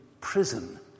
prison